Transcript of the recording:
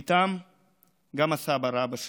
ואיתם גם הסבא-רבא שלי,